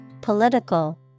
political